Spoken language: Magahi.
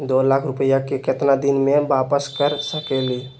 दो लाख रुपया के केतना दिन में वापस कर सकेली?